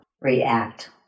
react